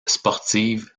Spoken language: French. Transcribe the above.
sportives